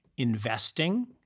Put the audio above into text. investing